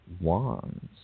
wands